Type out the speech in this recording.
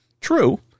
True